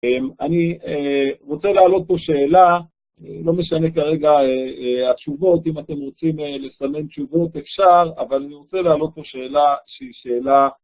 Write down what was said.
אני רוצה להעלות פה שאלה, לא משנה כרגע התשובות, אם אתם רוצים לסמן תשובות אפשר, אבל אני רוצה להעלות פה שאלה שהיא שאלה...